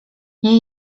nie